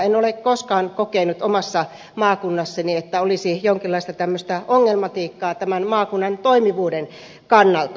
en ole koskaan kokenut omassa maakunnassani että olisi jonkinlaista tämmöistä ongelmatiikkaa tämän maakunnan toimivuuden kannalta